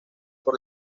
por